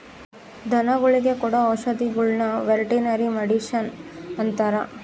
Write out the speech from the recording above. ಧನಗುಳಿಗೆ ಕೊಡೊ ಔಷದಿಗುಳ್ನ ವೆರ್ಟನರಿ ಮಡಿಷನ್ ಅಂತಾರ